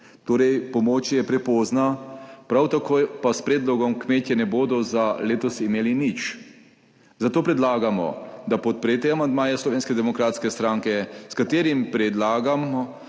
Torej je pomoč prepozna, prav tako pa s predlogom kmetje ne bodo za letos imeli nič. Zato predlagamo, da podprete amandmaje Slovenske demokratske stranke, s katerimi predlagamo,